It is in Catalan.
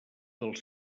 dels